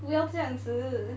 不要这样子